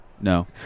No